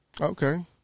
Okay